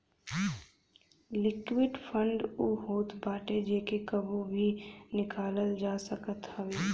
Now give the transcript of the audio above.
liquid fund उ होत बाटे जेके कबो भी निकालल जा सकत हवे